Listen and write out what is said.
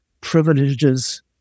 privileges